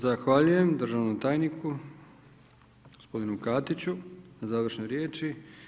Zahvaljujem državnom tajniku gospodinu Katiću na završnoj riječi.